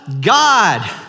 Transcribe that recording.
God